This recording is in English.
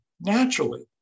Naturally